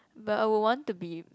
but I would want to be